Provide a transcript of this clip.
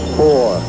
four